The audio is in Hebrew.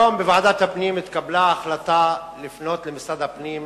היום בוועדת הפנים התקבלה החלטה לפנות למשרד הפנים